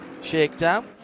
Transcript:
shakedown